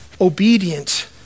obedient